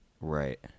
Right